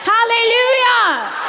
Hallelujah